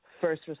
first